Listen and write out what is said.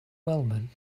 wellman